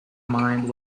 mind